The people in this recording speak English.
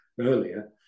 earlier